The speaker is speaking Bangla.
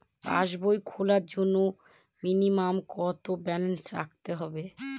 পাসবই খোলার জন্য মিনিমাম কত ব্যালেন্স রাখতে হবে?